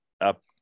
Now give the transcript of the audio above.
up